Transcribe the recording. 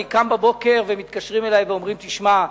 אני קם בבוקר ומתקשרים אלי ואומרים: תשמע,